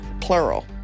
plural